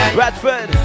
Bradford